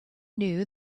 knew